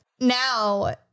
Now